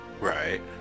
Right